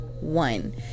one